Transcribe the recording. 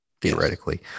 theoretically